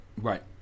Right